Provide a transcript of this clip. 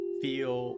feel